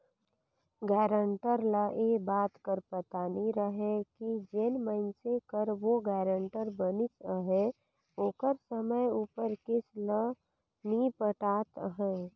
guarantor ल ए बात कर पता नी रहें कि जेन मइनसे कर ओ गारंटर बनिस अहे ओहर समे उपर किस्त ल नी पटात अहे